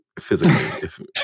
physically